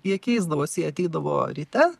jie keisdavosi jie ateidavo ryte